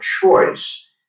choice